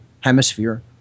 hemisphere